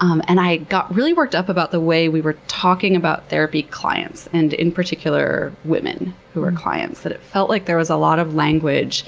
um and i got really worked up about the way we were talking about therapy clients. and in particular, women who were clients, that it felt like there was a lot of language